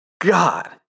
God